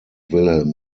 wilhelm